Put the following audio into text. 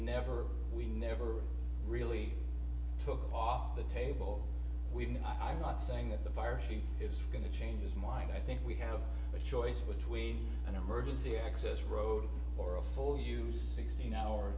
never we never really took off the table we didn't i'm not saying that the virus is going to change his mind i think we have a choice between an emergency access road or a full use sixteen hour